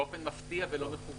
באופן מפתיע ולא מכוון.